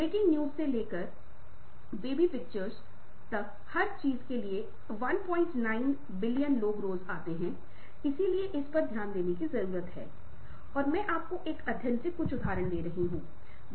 यदि आप आत्म जागरूकता आत्म नियमन और प्रेरणाओं को देखते हैं तो ये व्यक्ति की ओर से व्यक्तिगत योग्यताएं हैं